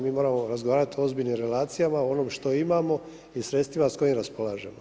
Mi moramo razgovarat o ozbiljnim relacijama o onome što imamo i sredstvima s kojima raspolažemo.